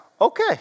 Okay